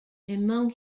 among